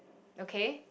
okay